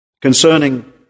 concerning